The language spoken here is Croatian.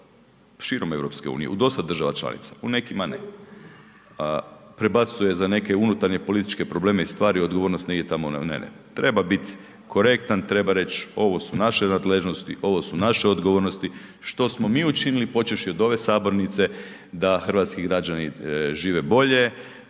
se širom EU u dosta država članica, u nekima ne, prebacuje za neke unutarnje političke probleme i stvari odgovornost negdje tamo na … Treba biti korektan, treba reći ovo su naše nadležnosti, ovo su naše odgovornosti što smo mi učinili počevši od ove sabornice da hrvatski građani žive bolje,